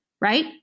Right